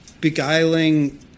beguiling